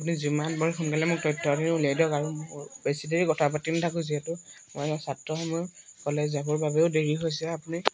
আপুনি যিমান পাৰে সোনকালে মোক তথ্যখিনি ওলিয়াই দিয়ক আৰু বেছি দেৰি কথা পাতি নাথাকোঁ যিহেতু মই এজন ছাত্ৰ কলেজ যাবৰ বাবেও দেৰি হৈছে আপুনি